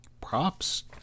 Props